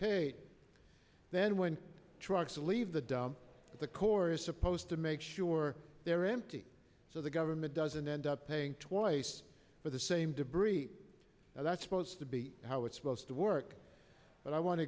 paid then when trucks leave the dump the core is supposed to make sure they're empty so the government doesn't end up paying twice for the same debris that's supposed to be how it's supposed to work but i want to